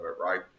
right